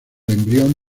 embrión